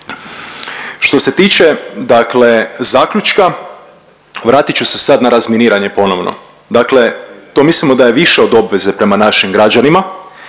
Što se tiče dakle zaključka, vratit ću se sad na razminiranje ponovno. Dakle, to mislimo da je više od obveze prema našim građanima